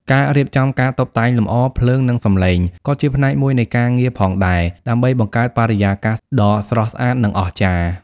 ការរៀបចំការតុបតែងលម្អ ភ្លើង និងសំឡេងក៏ជាផ្នែកមួយនៃការងារផងដែរ ដើម្បីបង្កើតបរិយាកាសដ៏ស្រស់ស្អាត និងអស្ចារ្យ។